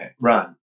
run